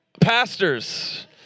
Pastors